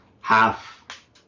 half